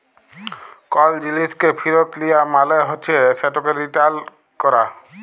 call জিলিসকে ফিরত লিয়া মালে হছে সেটকে রিটার্ল ক্যরা